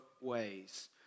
ways